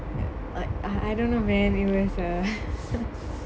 like I don't know man it was err